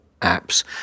apps